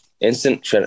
instant